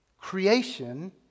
Creation